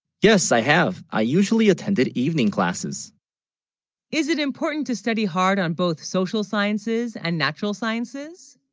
yes i have i usually attended evening classes is it important to study hard on both social sciences and natural sciences